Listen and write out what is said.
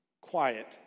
quiet